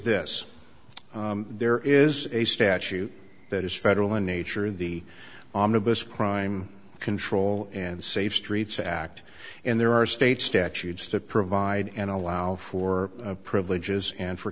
this there is a statute that is federal in nature the omnibus crime control and safe streets act and there are state statutes to provide and allow for privileges and for